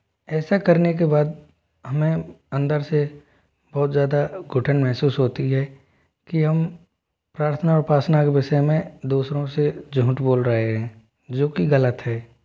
ऐसा करने के बाद हमें अंदर से बहुत ज़्यादा घुटन महसूस होती है कि हम प्रार्थना उपासना के विषय में दूसरों से झूठ बोल रहे हैं जो कि गलत है